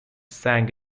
sang